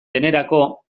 denerako